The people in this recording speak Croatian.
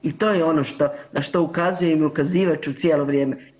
I to je ono na što ukazujem i ukazivat ću cijelo vrijeme.